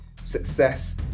success